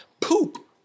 poop